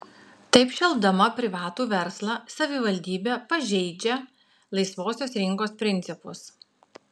taip šelpdama privatų verslą savivaldybė pažeidžia laisvosios rinkos principus